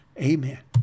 Amen